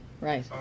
Right